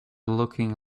looking